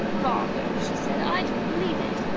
bother! she said i don't believe it!